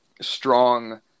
strong